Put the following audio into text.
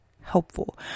helpful